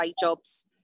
jobs